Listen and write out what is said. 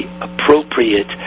appropriate